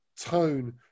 tone